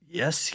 yes